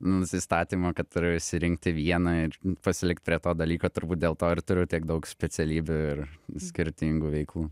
nusistatymo kad turiu išsirinkti vieną ir pasilikt prie to dalyko turbūt dėl to ir turiu tiek daug specialybių ir skirtingų veiklų